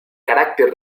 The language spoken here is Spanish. carácter